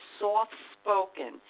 soft-spoken